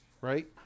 right